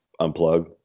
unplug